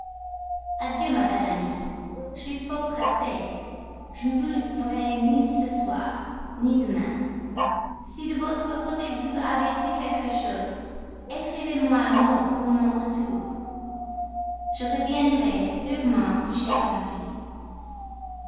adieu ma belle amie je suis fort pressé je ne vous verrai ni ce soir ni demain si de votre côté vous avez su quelque chose écrivez-moi un mot pour mon retour je reviendrai sûrement coucher à paris